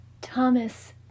Thomas